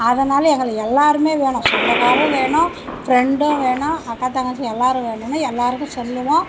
அதனால் எங்களுக்கு எல்லாேருமே வேணும் சொந்தக்காரரும் வேணும் ஃப்ரெண்டும் வேணும் அக்கா தங்கச்சி எல்லாேரும் வேணும்ன்னு எல்லாேருக்கும் சொல்லுவோம்